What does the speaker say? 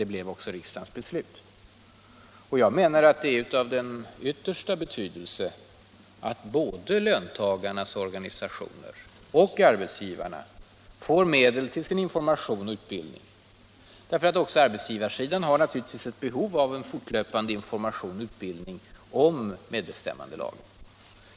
Det blev också riksdagens beslut. Jag anser att det är av stor betydelse att både löntagarnas organisationer och arbetsgivarnas får medel till information och utbildning. Också arbetsgivarsidan har naturligtvis ett fortlöpande behov av information och utbildning om medbestämmandelagen.